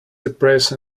depressed